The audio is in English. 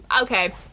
okay